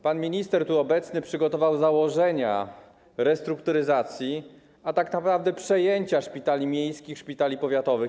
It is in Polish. Pan minister tu obecny przygotował założenia restrukturyzacji, a tak naprawdę przejęcia szpitali miejskich, szpitali powiatowych.